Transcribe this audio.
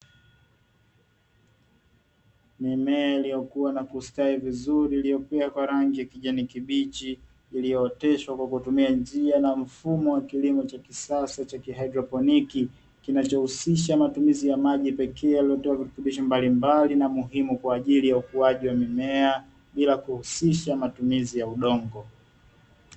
Mimea iliyokuwa na kustawi vizuri iliyo kua kwa rangi ya kijani kibichi iliyooteshwa kwa kutumia njia na mfumo wa kilimo cha kisasa cha "hydroponic", kinachohusisha matumizi ya maji pekee yaliyotoa virutubisho mbalimbali na muhimu kwa ajili ya ukuaji wa mimea bila kuhusisha matumizi ya udongo.